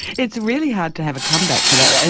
it's really hard to have a come-back for that.